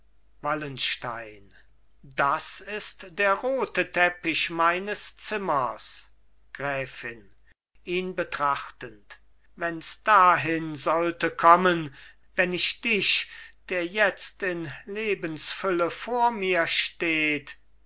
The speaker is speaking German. wallenstein das ist der rote teppich meines zimmers gräfin ihn betrachtend wenns dahin sollte kommen wenn ich dich der jetzt in lebensfülle vor mir steht